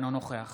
אינו נוכח